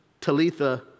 Talitha